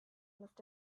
must